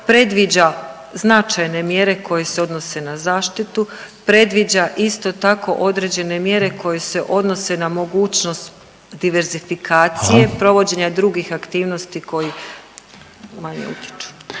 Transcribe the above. predviđa značajne mjere koje se odnose na zaštitu, predviđa isto tako određene mjere koje se odnose na mogućnost diverzifikacije …/Upadica Reiner: Hvala./… provođenja drugih aktivnosti koji manje utječu.